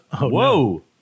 Whoa